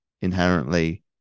inherently